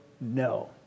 no